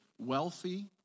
wealthy